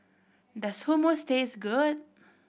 does Hummus taste good